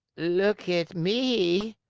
look at me,